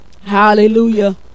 Hallelujah